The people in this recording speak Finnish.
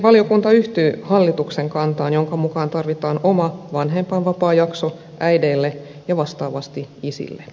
valiokunta yhtyy hallituksen kantaan jonka mukaan tarvitaan oma vanhempainvapaajakso äideille ja vastaavasti isille